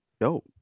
Dope